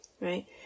Right